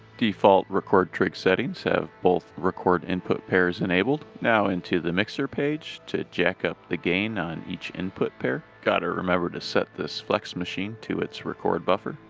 default record trig settings have both record input pairs enabled. now into the mixer page to jack up the gain on each input pair. gotta remember to set this flex machine to its record buffer,